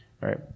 right